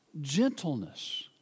gentleness